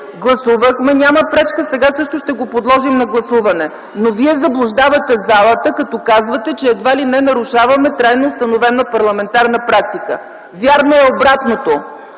гласувахме. Няма пречка, сега също ще го подложим на гласуване. Но Вие заблуждавате залата като казвате, че едва ли не нарушаваме трайно установена парламентарна практика. Вярно е обратното!